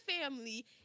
family